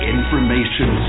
Information